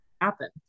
happen